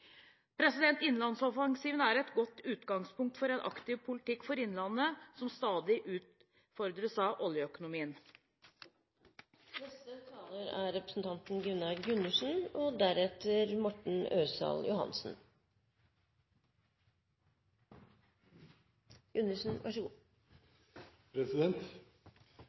Innlandsoffensiven er et godt utgangspunkt for en aktiv politikk for Innlandet, som stadig utfordres av